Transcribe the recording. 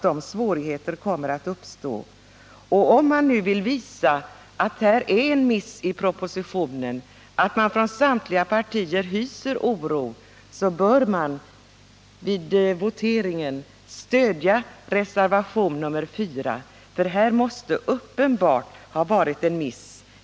De här svårigheterna kommer att uppstå. Om man vill visa att detta är en miss i propositionen och att medlemmar från samtliga partier hyser oro bör man vid voteringen stödja reservationen 4, för det här förslaget måste uppenbart ha varit en miss.